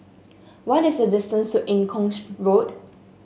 what is the distance to Eng Kong Road